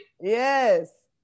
yes